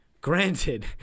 granted